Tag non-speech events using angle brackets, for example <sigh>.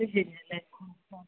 <unintelligible> അല്ല